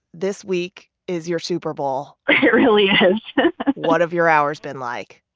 this week is your super bowl it really is what have your hours been like?